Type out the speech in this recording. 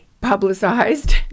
publicized